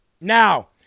Now